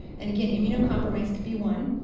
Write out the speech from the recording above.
and again, immunocompromised be one.